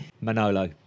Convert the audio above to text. Manolo